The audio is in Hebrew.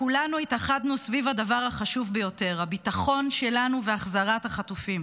כולנו התאחדנו סביב הדבר החשוב ביותר: הביטחון שלנו והחזרת החטופים.